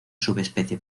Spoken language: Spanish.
subespecie